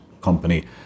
company